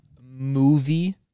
movie